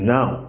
Now